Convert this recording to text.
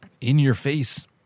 in-your-face